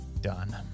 Done